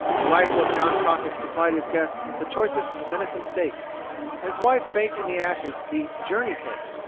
the rifle of john crockett supplied his guests with the choicest venison steaks, and his wife baked in the ashes the journey cake,